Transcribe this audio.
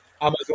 Amazon